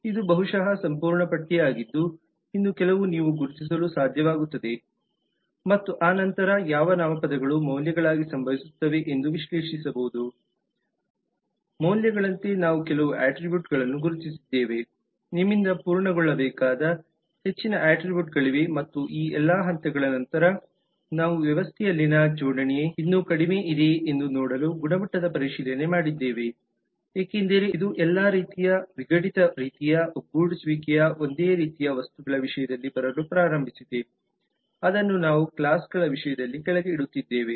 ಇದು ಬಹುಶಃ ಸಂಪೂರ್ಣ ಪಟ್ಟಿಯಾಗಿದ್ದು ಇನ್ನೂ ಕೆಲವು ನೀವು ಗುರುತಿಸಲು ಸಾಧ್ಯವಾಗುತ್ತದೆ ಮತ್ತು ನಂತರ ಯಾವ ನಾಮಪದಗಳು ಮೌಲ್ಯಗಳಾಗಿ ಸಂಭವಿಸುತ್ತವೆ ಎಂದು ವಿಶ್ಲೇಷಿಸಬಹುದು ಮೌಲ್ಯಗಳಂತೆ ನಾವು ಕೆಲವು ಅಟ್ರಿಬ್ಯೂಟ್ಗಳನ್ನು ಗುರುತಿಸಿದ್ದೇವೆ ನಿಮ್ಮಿಂದ ಪೂರ್ಣಗೊಳ್ಳಬೇಕಾದ ಹೆಚ್ಚಿನ ಅಟ್ರಿಬ್ಯೂಟ್ಗಳಿವೆ ಮತ್ತು ಈ ಎಲ್ಲಾ ಹಂತಗಳ ನಂತರ ನಾವು ವ್ಯವಸ್ಥೆಯಲ್ಲಿನ ಜೋಡಣೆ ಇನ್ನೂ ಕಡಿಮೆ ಇದೆಯೇ ಎಂದು ನೋಡಲು ಗುಣಮಟ್ಟದ ಪರಿಶೀಲನೆ ಮಾಡಿದ್ದೇವೆ ಏಕೆಂದರೆ ಇದು ಎಲ್ಲಾ ರೀತಿಯ ವಿಘಟಿತ ರೀತಿಯ ಒಗ್ಗೂಡಿಸುವಿಕೆಯು ಒಂದೇ ರೀತಿಯ ವಸ್ತುಗಳ ವಿಷಯದಲ್ಲಿ ಬರಲು ಪ್ರಾರಂಭಿಸಿದೆ ಅದನ್ನು ನಾವು ಕ್ಲಾಸ್ಗಳ ವಿಷಯದಲ್ಲಿ ಕೆಳಗೆ ಇಡುತ್ತಿದ್ದೇವೆ